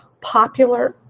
popular